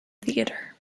theatre